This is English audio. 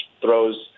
throws